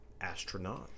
astronauts